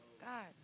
God